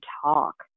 talk